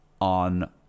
on